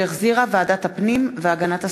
שהחזירה ועדת הפנים והגנת הסביבה.